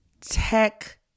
tech